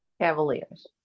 Cavaliers